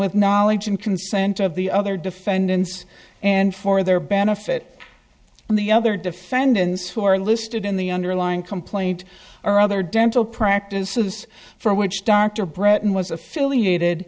with knowledge and consent of the other defendants and for their benefit and the other defendants who are listed in the underlying complaint or other dental practices for which dr breton was affiliated